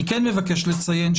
אני כן מבקש לציין,